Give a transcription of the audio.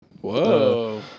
whoa